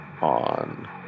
on